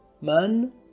Man